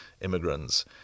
immigrants